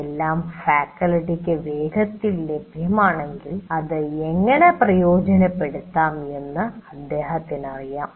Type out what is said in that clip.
എല്ലാം ഫാക്കൽറ്റിക്ക് വേഗത്തിൽ ലഭ്യമാണെങ്കിൽ അത് എങ്ങനെ പ്രയോജനപ്പെടുത്താം എന്ന് അദ്ദേഹത്തിന് അറിയാം